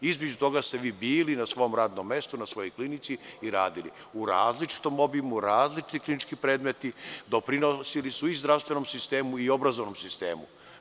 Između toga ste vi bili na svom radnom mestu, na svojoj klinici i radili u različitom obimu, različiti klinički predmeti doprinosili su i zdravstvenom sistemu i obrazovnom sistemu.